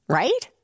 right